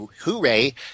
hooray